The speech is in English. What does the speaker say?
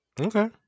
Okay